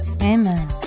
Amen